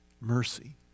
mercy